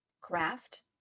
craft